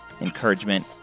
encouragement